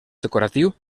decoratiu